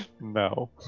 No